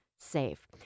safe